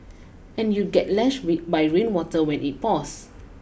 and you'd get lashed by rainwater when it pours